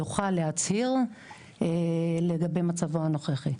יוכל להצהיר לגבי מצבו הנוכחי.